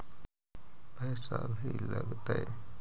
पैसा भी लगतय?